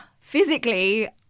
Physically